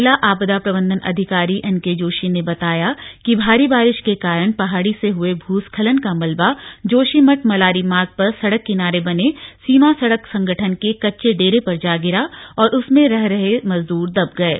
जिला आपदा प्रबंधन अधिकारी एन के जोशी ने बताया कि भारी बारिश के कारण पहाड़ी से हुए भूस्खलन का मलबा जोशीमठ मलारी मार्ग पर सड़क किनारे बने सीमा सड़क संगठन के कच्चे डेरे पर जा गिरा और उसमें रह रहे मजदूर दब गये